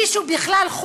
מישהו בכלל,